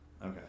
Okay